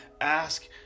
ask